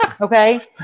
Okay